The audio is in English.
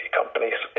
companies